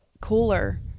cooler